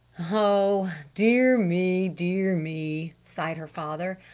oh dear me dear me! sighed her father.